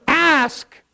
Ask